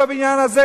בבניין הזה,